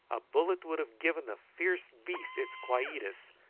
a bullet would have given the fierce beast its quietus,